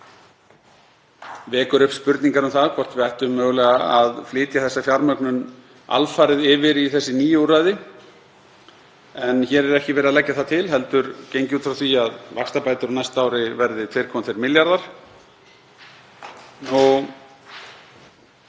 vekur upp spurningar um það hvort við ættum mögulega að flytja þá fjármögnun alfarið yfir í þessi nýju úrræði. En hér er ekki verið að leggja það til heldur gengið út frá því að vaxtabætur á næsta ári verði 2,2 milljarðar.